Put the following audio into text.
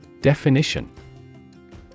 Definition